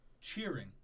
cheering